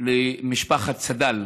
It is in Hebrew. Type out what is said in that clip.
למשפחת צד"ל,